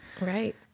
Right